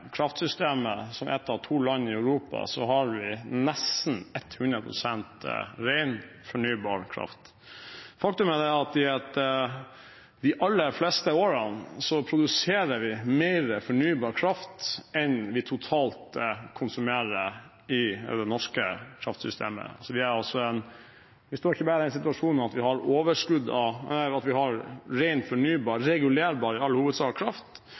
kraftsystemet har vi, som ett av to land i Europa, nesten 100 pst. ren, fornybar kraft. Faktum er at de aller fleste årene produserer vi mer fornybar kraft enn vi totalt konsumerer i det norske kraftsystemet, så vi står ikke bare i en situasjon hvor vi har ren, fornybar – regulerbar i all hovedsak – kraft,